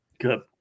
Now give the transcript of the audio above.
Good